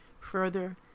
further